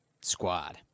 squad